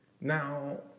Now